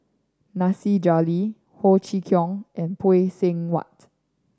Nasir Jalil Ho Chee Kong and Phay Seng Whatt